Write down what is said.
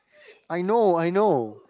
I know I know